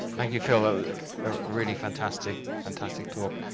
thank you phil a really fantastic fantastic talk.